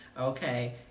Okay